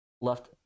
left